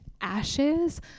ashes